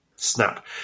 snap